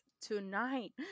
Tonight